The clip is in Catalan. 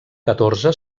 catorze